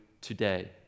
today